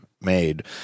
made